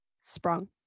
sprung